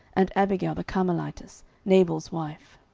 and abigail the carmelitess, nabal's wife.